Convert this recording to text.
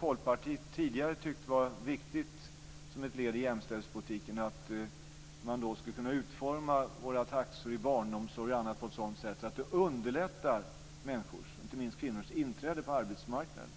Folkpartiet tyckte tidigare att det var viktigt att vi, som ett led i jämställdhetspolitiken, skulle kunna utforma våra taxor i barnomsorg och annat på ett sådant sätt att det underlättade människors - inte minst kvinnors - inträde på arbetsmarknaden.